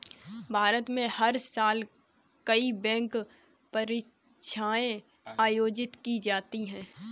भारत में हर साल कई बैंक परीक्षाएं आयोजित की जाती हैं